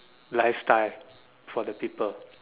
lifestyle for the people